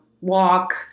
walk